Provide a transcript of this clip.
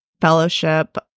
fellowship